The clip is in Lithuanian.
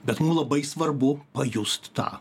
bet mum labai svarbu pajust tą